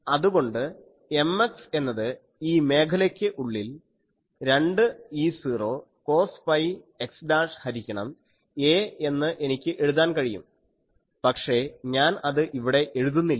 അതുകൊണ്ട് Mx എന്നത് ഈ മേഖലയ്ക്ക് ഉള്ളിൽ 2 E0 കോസ് പൈ x ഹരിക്കണം a എന്ന് എനിക്ക് എഴുതാൻ കഴിയും പക്ഷേ ഞാൻ അത് ഇവിടെ എഴുതുന്നില്ല